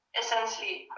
essentially